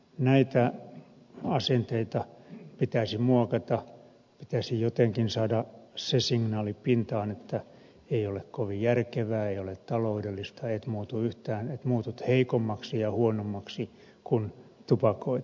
näitä asenteita pitäisi muokata pitäisi jotenkin saada se signaali pintaan että ei ole kovin järkevää ei ole taloudellista että muutut heikommaksi ja huonommaksi kun tupakoit